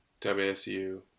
wsu